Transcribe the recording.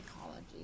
psychology